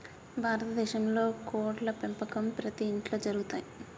భారత దేశంలో కోడ్ల పెంపకం ప్రతి ఇంట్లో జరుగుతయ్